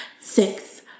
six